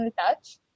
touch